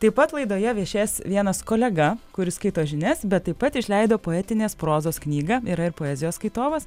taip pat laidoje viešės vienas kolega kuris skaito žinias bet taip pat išleido poetinės prozos knygą yra ir poezijos skaitovas